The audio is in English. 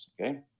Okay